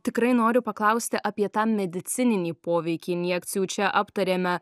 tikrai noriu paklausti apie tą medicininį poveikį injekcijų čia aptarėme